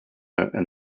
and